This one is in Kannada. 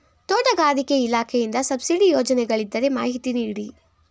ತೋಟಗಾರಿಕೆ ಇಲಾಖೆಯಿಂದ ಸಬ್ಸಿಡಿ ಯೋಜನೆಗಳಿದ್ದರೆ ಮಾಹಿತಿ ನೀಡಿ?